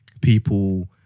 people